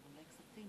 כספים